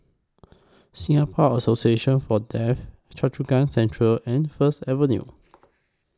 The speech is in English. Singapore Association For Deaf Choa Chu Kang Central and First Avenue